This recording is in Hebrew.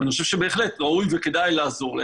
ואני חושב שבהחלט ראוי וכדאי לעזור להן